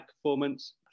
performance